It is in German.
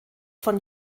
von